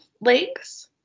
legs